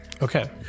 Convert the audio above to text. Okay